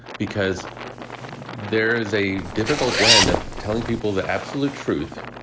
because there is a difficult blend of telling people that absolute truth